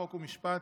חוק ומשפט